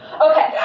Okay